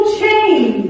change